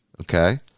okay